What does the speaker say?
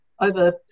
over